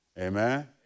Amen